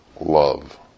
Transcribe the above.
love